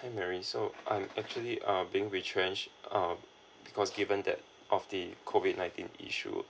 hi marry so I'm actually uh being retrench um because given that of the COVID nineteen issue